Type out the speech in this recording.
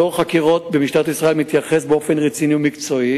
מדור חקירות במשטרת ישראל מתייחס באופן רציני ומקצועי